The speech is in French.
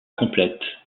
complète